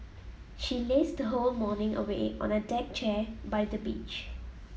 she lazed her whole morning away on a deck chair by the beach